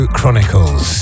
Chronicles